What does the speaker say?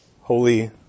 holy